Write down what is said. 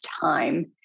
time